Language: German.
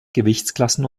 gewichtsklassen